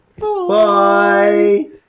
Bye